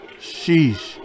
sheesh